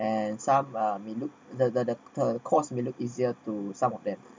and some are may look the the the the course may look easier to some of them